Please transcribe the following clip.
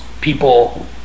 people